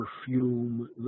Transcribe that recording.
perfume